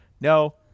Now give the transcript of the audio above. no